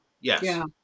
Yes